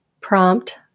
prompt